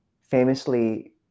famously